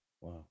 Wow